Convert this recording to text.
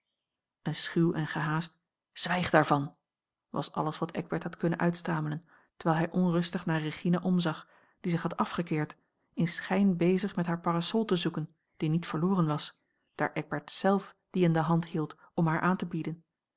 een schuw en gehaast zwijg daarvan was alles wat eckbert had kunnen uitstamelen terwijl hij onrustig naar regina omzag die zich had afgekeerd in schijn bezig met haar parasol te zoeken die niet verloren was daar eckbert zelf die in de hand hield om haar aan te bieden